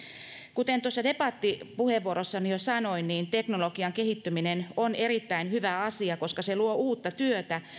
kuten tuossa debattipuheenvuorossani jo sanoin teknologian kehittyminen on erittäin hyvä asia koska se luo uutta työtä